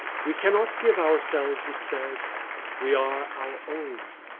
we cannot give ourselves, it said we are our own.